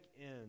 end